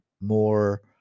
more